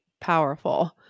powerful